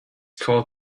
called